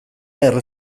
erre